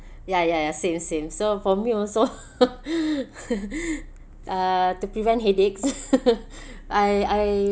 ya ya ya same same so for me also uh to prevent headaches I I